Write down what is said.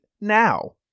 now